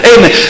Amen